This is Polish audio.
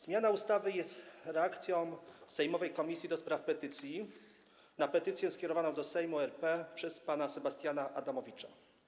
Zmiana ustawy jest reakcją sejmowej Komisji do Spraw Petycji na petycję skierowaną do Sejmu RP przez pana Sebastiana Adamowicza.